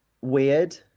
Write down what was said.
weird